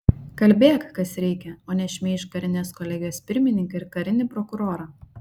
kalbėk kas reikia o ne šmeižk karinės kolegijos pirmininką ir karinį prokurorą